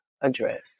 address